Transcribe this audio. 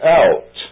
out